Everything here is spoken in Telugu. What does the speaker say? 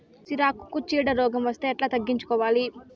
సిరాకుకు చీడ రోగం వస్తే ఎట్లా తగ్గించుకోవాలి?